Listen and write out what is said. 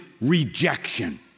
rejection